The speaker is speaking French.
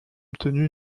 obtenu